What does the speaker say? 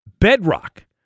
bedrock